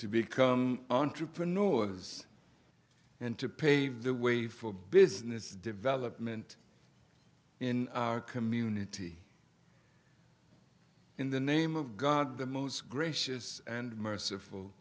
to become entrepreneurs and to pave the way for business development in our community in the name of god the most gracious and merciful